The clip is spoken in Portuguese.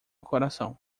coração